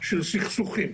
של סכסוכים,